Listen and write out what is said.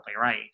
right